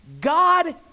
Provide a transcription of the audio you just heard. God